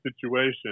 situation